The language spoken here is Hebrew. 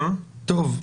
יום ראשון,